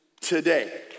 today